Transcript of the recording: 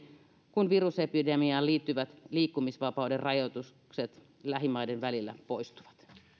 kun virusepidemiaan liittyvät liikkumisvapauden rajoitukset lähimaiden välillä poistuvat